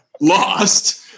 lost